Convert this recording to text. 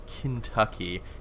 Kentucky